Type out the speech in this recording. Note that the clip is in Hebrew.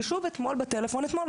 ושוב, אתמול בצהריים